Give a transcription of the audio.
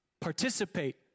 participate